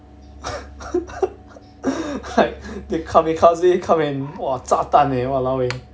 like the kamikaze come and !wah! 炸弹 leh !walao! eh